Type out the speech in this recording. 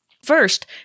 First